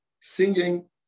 Singing